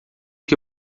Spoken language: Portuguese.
que